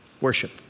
worship